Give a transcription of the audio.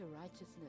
righteousness